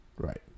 Right